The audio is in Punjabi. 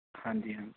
ਹਾਂਜੀ ਹਾਂਜੀ